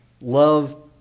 Love